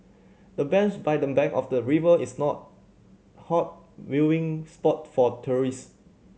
the bench by the bank of the river is not hot viewing spot for tourist